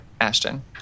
Ashton